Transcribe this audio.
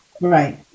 Right